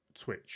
Twitch